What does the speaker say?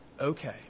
okay